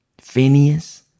Phineas